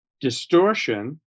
distortion